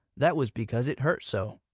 that was because it hurt so.